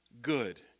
good